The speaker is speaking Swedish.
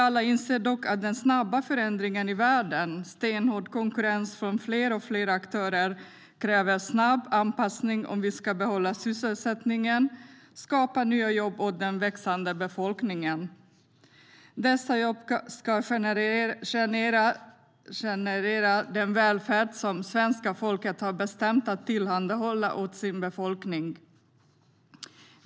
Vi inser dock alla att den snabba förändringen i världen, med stenhård konkurrens från fler och fler aktörer, kräver snabb anpassning om vi ska behålla sysselsättningen och skapa nya jobb åt den växande befolkningen. Dessa jobb ska generera den välfärd svenska folket har bestämt ska tillhandahållas befolkningen.